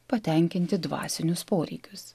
patenkinti dvasinius poreikius